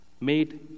made